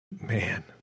man